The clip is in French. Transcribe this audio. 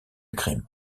crime